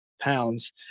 pounds